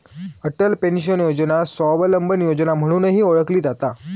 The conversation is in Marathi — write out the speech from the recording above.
अटल पेन्शन योजना स्वावलंबन योजना म्हणूनही ओळखली जाता